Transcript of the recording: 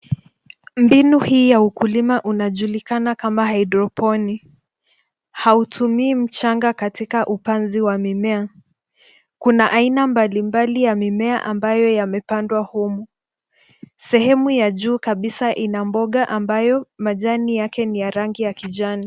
Mbinu hii ya ukulima unajulikana kama hyroponic hautumii mchanga katika upanzi wa mimea. Kuna aina mbalimbali ya mimea ambayo yamepandwa humu. Sehemu ya juu kabisa ina mboga ambayo majani yake ni ya rangi ya kijani.